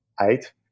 eight